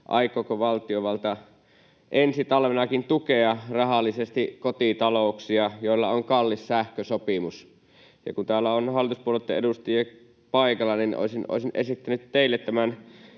aikooko valtiovalta ensi talvenakin tukea rahallisesti kotitalouksia, joilla on kallis sähkösopimus, ja kun täällä on hallituspuolueitten edustajia paikalla, niin olisin esittänyt teille tämän